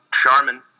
Charmin